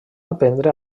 aprendre